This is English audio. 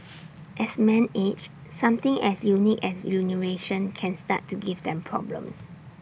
as man age something as unique as urination can start to give them problems